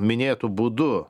minėtu būdu